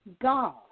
God